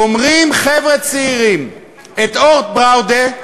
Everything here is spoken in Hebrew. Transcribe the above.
גומרים חבר'ה צעירים את "אורט בראודה"